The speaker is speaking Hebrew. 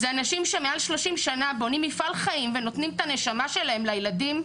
זה אנשים שמעל 30 שנה בונים מפעל חיים ונותנים את הנשמה שלהם לילדים,